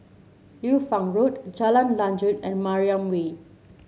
Liu Fang Road Jalan Lanjut and Mariam Way